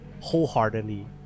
wholeheartedly